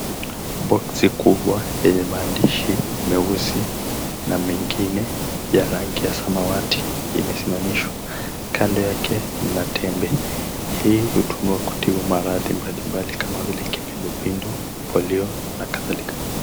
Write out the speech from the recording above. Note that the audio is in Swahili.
Boksi kubwa yenye maandishi meusi na mengine ya rangi ya samawati imesimamishwa, kando yake mna tembe. Hii hutumiwa kutibu maradhi mbali kama vile kipindupindu, polio na kadhalika.